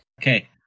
Okay